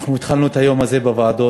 התחלנו את היום הזה בוועדות.